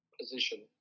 position